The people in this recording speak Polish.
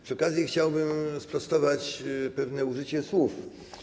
Przy okazji chciałbym sprostować pewne użycie słów.